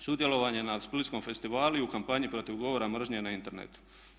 sudjelovanje na Splitskom festivalu i u kampanji protiv govora mržnje na internetu.